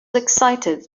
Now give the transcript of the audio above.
excited